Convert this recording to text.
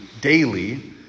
daily